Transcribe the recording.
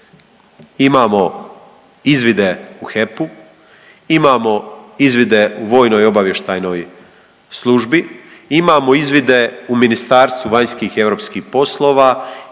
Imamo izvide u HEP-u, imamo izvide u Vojnoj obavještajnoj službi, imamo izvide u Ministarstvu vanjskih i europskih poslova,